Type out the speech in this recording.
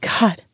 God